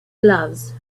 gloves